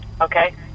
Okay